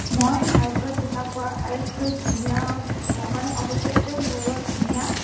মই হাইকত দেখা পোৱা আটাইতকৈ ধুনীয়া মোৰ কাৰণে অপ্ৰত্যাশিত বুলি ক'ব লাগিব ধুনীয়া